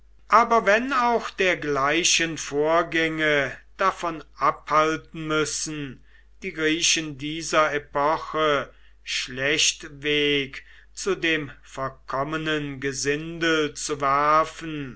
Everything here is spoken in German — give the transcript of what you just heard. aber wenn auch dergleichen vorgänge davon abhalten müssen die griechen dieser epoche schlechtweg zu dem verkommenen gesindel zu werfen